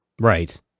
Right